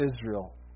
Israel